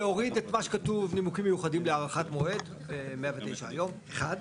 להוריד את מה שכתוב נימוקים מיוחדים להארכת מעוד בסעיף 109. זה אחד.